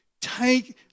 take